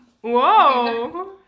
Whoa